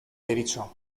deritzo